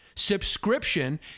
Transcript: subscription